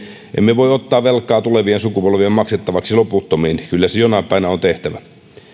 emme voi ottaa velkaa tulevien sukupolvien maksettavaksi loputtomiin kyllä se jonain päivänä on tehtävä